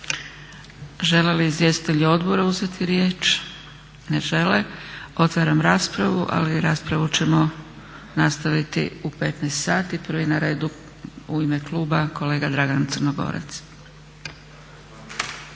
Žele li izvjestitelji odbora uzeti riječ? Ne žele. Otvaram raspravu, ali raspravu ćemo nastaviti u 15 sati, prvi na redu u ime kluba kolega Dragan Crnogorac.